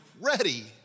ready